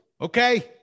okay